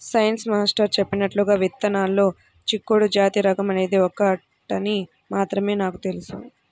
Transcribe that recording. science master చెప్పినట్లుగా విత్తనాల్లో చిక్కుడు జాతి రకం అనేది ఒకటని మాత్రం నాకు తెలుసు